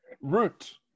root